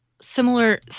similar